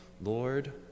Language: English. Lord